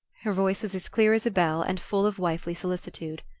her voice was as clear as a bell, and full of wifely solicitude.